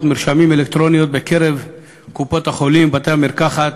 מרשמים אלקטרוניות בקופות-החולים ובתי-המרקחת